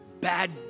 bad